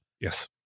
yes